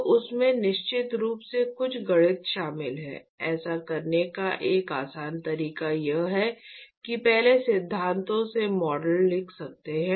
तो उसमें निश्चित रूप से कुछ गणित शामिल है ऐसा करने का एक आसान तरीका यह है कि पहले सिद्धांतों से मॉडल लिख सकता है